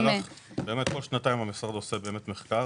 המשרד עושה מחקר,